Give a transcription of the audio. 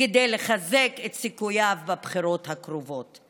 כדי לחזק את סיכוייו בבחירות הקרובות.